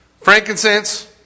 frankincense